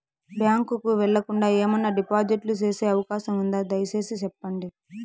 Bank కు వెళ్లకుండా, ఏమన్నా డిపాజిట్లు సేసే అవకాశం ఉందా, దయసేసి సెప్పండి?